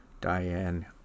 Diane